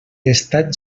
estat